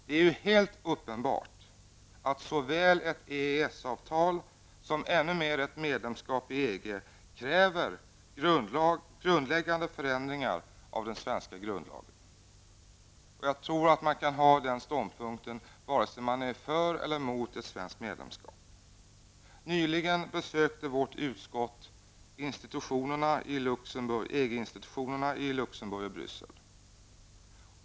Det är ju helt uppenbart att såväl EES-avtal som ännu mer ett medlemskap i EG kräver grundläggande förändringar av den svenska grundlagen. Jag tror att man kan inta den ståndpunkten vare sig man är för eller emot ett svenskt medlemskap. Nyligen besökte konstitutionsutskottet EG institutionerna i Luxemburg och Bryssel.